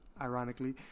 Ironically